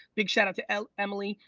big shout out to l. emily,